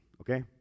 okay